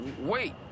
Wait